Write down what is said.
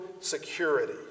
security